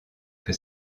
que